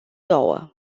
două